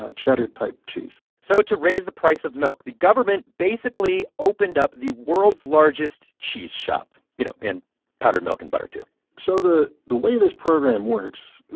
ah cheddar-type cheese so to raise the price of milk, the government basically opened up the world's largest cheese shop you know, and powdered milk and butter, too so the the way this program works,